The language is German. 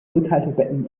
rückhaltebecken